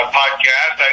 podcast